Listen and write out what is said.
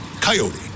Coyote